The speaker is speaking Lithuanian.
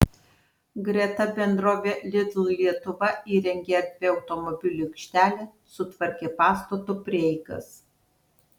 greta bendrovė lidl lietuva įrengė erdvią automobilių aikštelę sutvarkė pastato prieigas